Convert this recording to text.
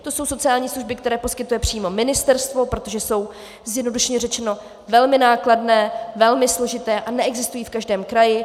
To jsou sociální služby, které poskytuje přímo ministerstvo, protože jsou zjednodušeně řečeno velmi nákladné, velmi složité a neexistují v každém kraji.